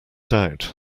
doubt